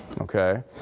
Okay